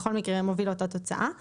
בכל מקרה מוביל לאותה תוצאה.